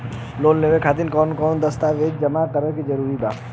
Loan लेवे खातिर कवन कवन दस्तावेज जमा कइल जरूरी बा?